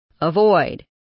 Avoid